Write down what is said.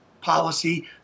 policy